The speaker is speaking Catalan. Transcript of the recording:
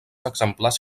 exemplars